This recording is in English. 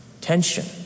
tension